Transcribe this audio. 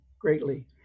greatly